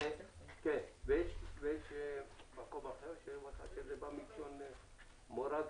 ויש מקום אחר שזה בא מלשון מורג,